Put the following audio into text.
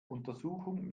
untersuchung